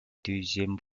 deuxième